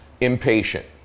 Impatient